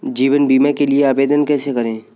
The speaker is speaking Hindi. जीवन बीमा के लिए आवेदन कैसे करें?